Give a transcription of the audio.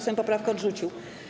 Sejm poprawkę odrzucił.